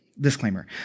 Disclaimer